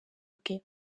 bwe